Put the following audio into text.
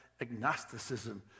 agnosticism